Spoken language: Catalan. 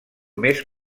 més